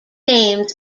names